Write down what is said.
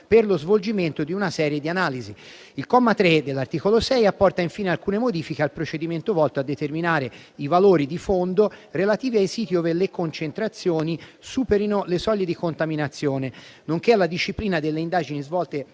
per lo svolgimento di una serie di analisi. Il comma 3 dell'articolo 6 apporta, infine, alcune modifiche al procedimento volto a determinare i valori di fondo relativi ai siti ove le concentrazioni superino le soglie di contaminazione, nonché alla disciplina delle indagini svolte